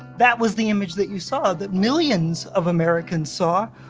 that was the image that you saw, that millions of americans saw.